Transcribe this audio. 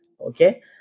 okay